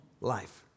life